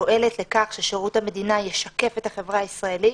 פועלת לכך ששירות המדינה ישקף את החברה הישראלית